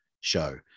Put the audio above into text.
show